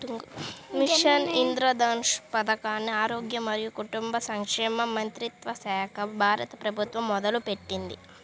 machine Indradhanush పథకాన్ని ఆరోగ్య మరియు కుటుంబ సంక్షేమ మంత్రిత్వశాఖ, భారత ప్రభుత్వం మొదలుపెట్టింది